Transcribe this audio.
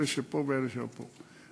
אלה שפה ואלה שלא פה,